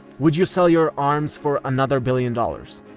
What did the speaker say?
would you sell your arms for another billion dollars?